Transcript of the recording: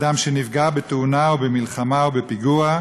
אדם, בוודאי אדם שנפגע בתאונה, מלחמה או פיגוע,